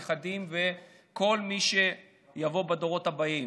לנכדים לוכל מי שיבוא בדורות הבאים.